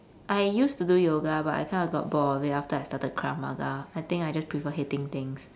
I used to do yoga but I kind of got bored of it after I started krav-maga I think I just preferred hitting things